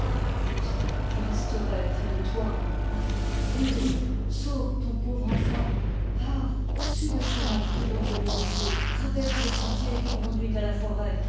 faust je resterai près de toi marguerite c vite vite sauve ton pauvre enfant pars suis le chemin qui borde le ruisseau traverse je sentier qui conduit à la foret